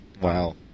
Wow